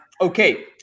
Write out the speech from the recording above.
okay